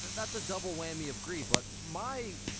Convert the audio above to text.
that's a double whammy of greed. but my,